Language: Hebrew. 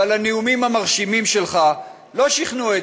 אבל הנאומים המרשימים שלך לא שכנעו את